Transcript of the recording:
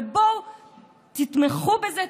ובואו תתמכו בזה,